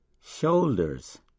shoulders